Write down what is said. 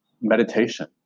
meditation